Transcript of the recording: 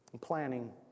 planning